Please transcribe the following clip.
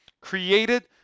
created